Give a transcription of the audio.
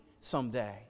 someday